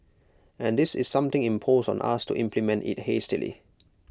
and this is something imposed on us to implement IT hastily